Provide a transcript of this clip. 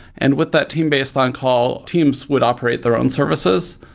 and with that team-based on call, teams would operate their own services,